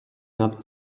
над